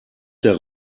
der